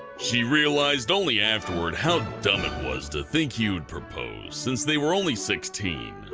she realized only afterward how dumb it was to think he would propose since they were only sixteen.